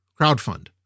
crowdfund